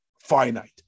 finite